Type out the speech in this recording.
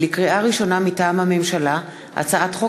לקריאה שנייה ולקריאה שלישית: הצעת חוק